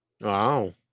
Wow